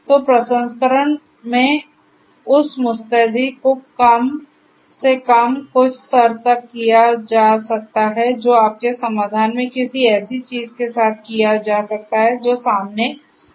तो प्रसंस्करण में उस मुस्तैदी को कम से कम कुछ स्तर तक किया जा सकता है जो आपके समाधान में किसी ऐसी चीज के साथ किया जा सकता है जो सामने आ रही है